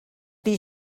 tea